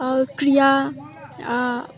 ক্ৰিয়া